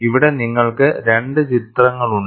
ഇവിടെ നിങ്ങൾക്ക് 2 ചിത്രങ്ങളുണ്ട്